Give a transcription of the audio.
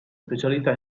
specialità